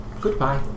Goodbye